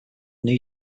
new